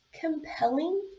compelling